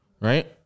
right